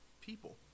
people